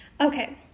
okay